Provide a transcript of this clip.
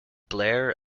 blair